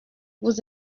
vous